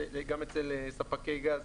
גם אצל ספקי גז,